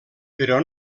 però